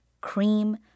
cream